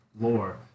lore